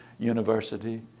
university